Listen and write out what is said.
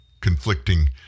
conflicting